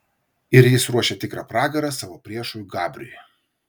ir jis ruošia tikrą pragarą savo priešui gabriui